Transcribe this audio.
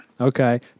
Okay